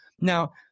Now